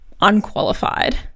unqualified